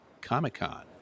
Comic-Con